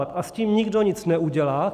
A s tím nikdo nic neudělá.